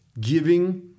giving